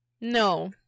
No